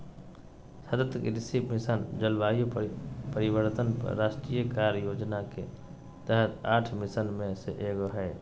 सतत कृषि मिशन, जलवायु परिवर्तन पर राष्ट्रीय कार्य योजना के तहत आठ मिशन में से एगो हइ